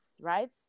right